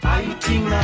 Fighting